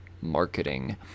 Marketing